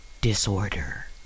disorder